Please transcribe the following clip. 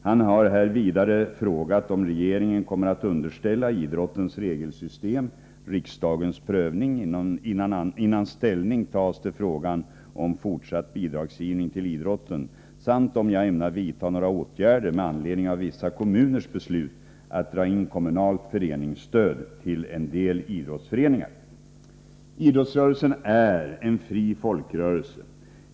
Han har vidare frågat om regeringen kommer att underställa idrottens regelsystem riksdagens prövning innan ställning tas till frågan om fortsatt bidragsgivning till idrotten samt om jag ämnar vidta några åtgärder med anledning av vissa kommuners beslut att dra in kommunalt föreningsstöd till en del idrottsföreningar. Idrottsrörelsen är en fri folkrörelse.